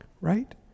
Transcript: right